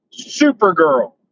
Supergirl